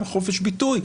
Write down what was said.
גם חופש ביטוי,